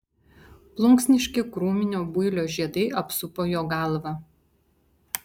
plunksniški krūminio builio žiedai apsupo jo galvą